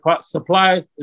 supply